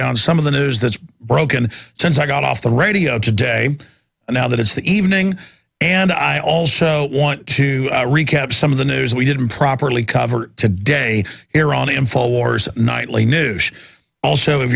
down some of the news that's broken since i got off the radio today and now that it's the evening and i also want to recap some of the news we didn't properly cover today iranian full wars nightly news also if